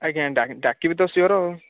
ଆଜ୍ଞା ଡାକିବି ତ ସିଓର ଆଉ